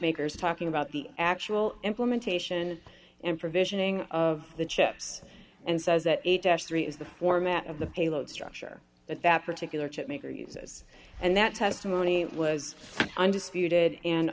makers talking about the actual implementation and provisioning of the chips and says that eight x three is the format of the payload structure that that particular chip maker uses and that testimony was undisputed and